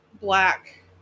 black